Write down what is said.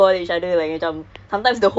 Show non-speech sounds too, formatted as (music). (laughs)